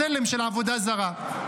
צלם של עבודה זרה.